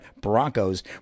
Broncos